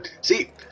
See